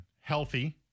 healthy